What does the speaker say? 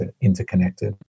interconnected